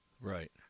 Right